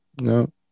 No